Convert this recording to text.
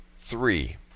three